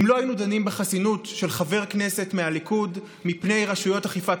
שלא היינו דנים בחסינות של חבר כנסת מהליכוד מפני רשויות אכיפת